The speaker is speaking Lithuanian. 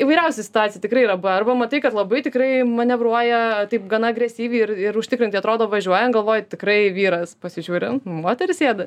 įvairiausių situacijų tikrai yra buvę arba matai kad labai tikrai manevruoja taip gana agresyviai ir ir užtikrintai atrodo važiuoja galvoji tikrai vyras pasižiūri moteris sėdi